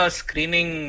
screening